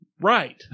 Right